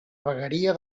vegueria